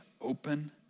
open